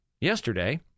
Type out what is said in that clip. Yesterday